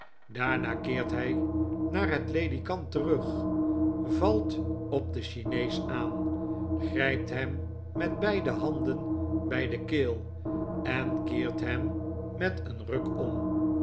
daarna keert hjj naar het ledikant terug valt op den chinees aan grijpt hem met beide handen by de keel en keert hem met een ruk om